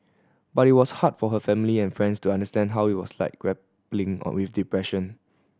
but it was hard for her family and friends to understand how it was like grappling on with depression